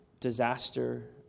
disaster